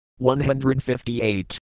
158